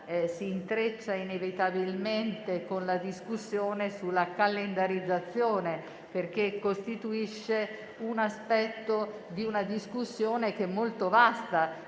si intreccia inevitabilmente con la discussione sulla calendarizzazione stessa, perché costituisce un aspetto di una discussione molto vasta,